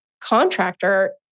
contractor